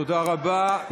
תודה רבה.